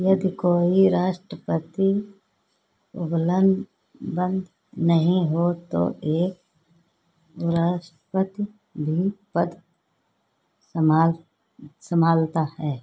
यदि कोई राष्ट्रपति उपलब्ध नहीं हो तो एक उपराष्ट्रपति भी पद सम्हाल सम्हालता है